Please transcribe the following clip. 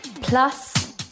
Plus